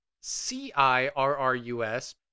c-i-r-r-u-s